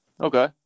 Okay